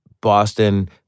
Boston